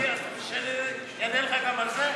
לא, היא, שאענה לך גם על זה?